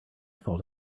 fault